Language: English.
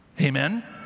Amen